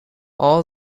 all